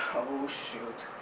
oh shoot.